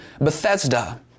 Bethesda